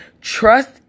trust